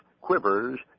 quivers